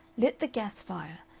lit the gas fire,